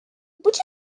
would